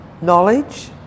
Knowledge